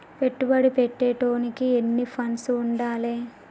పెట్టుబడి పెట్టేటోనికి ఎన్ని ఫండ్స్ ఉండాలే?